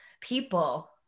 People